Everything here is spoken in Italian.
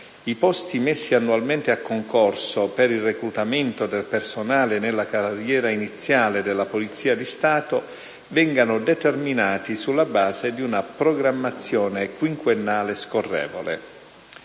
i posti messi annualmente a concorso per il reclutamento del personale nella carriera iniziale della Polizia di Stato vengano determinati sulla base di una «programmazione quinquennale scorrevole».